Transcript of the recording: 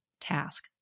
task